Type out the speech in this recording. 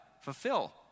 Fulfill